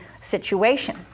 situation